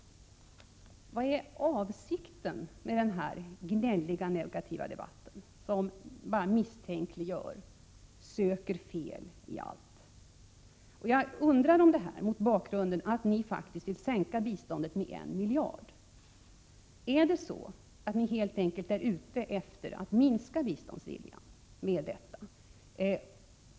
Vad är avsikten med den här gnälliga och negativa debatten, där man bara misstänkliggör och söker fel i allt? Jag ställer mig undrande till det här mot bakgrunden av att ni faktiskt vill sänka biståndet med 1 miljard. Är det så att ni med det här sättet att föra debatten helt enkelt är ute efter att minska biståndsviljan?